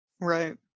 Right